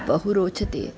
बहु रोचते